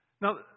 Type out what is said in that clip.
Now